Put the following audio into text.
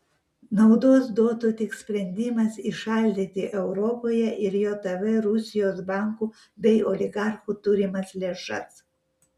naudos duotų tik sprendimas įšaldyti europoje ir jav rusijos bankų bei oligarchų turimas lėšas